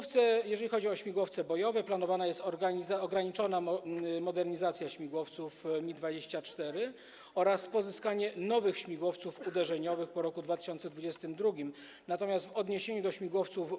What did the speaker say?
W przypadku śmigłowców bojowych planowana jest ograniczona modernizacja śmigłowców Mi-24 oraz pozyskanie nowych śmigłowców uderzeniowych po roku 2022, natomiast w odniesieniu do śmigłowców